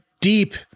deep